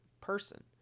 person